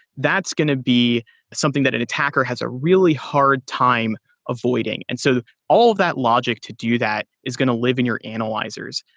that's going to be something that an attacker has a really hard time avoiding. and so all that logic to do that is going to live in your analyzers.